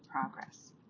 progress